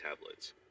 tablets